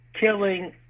killing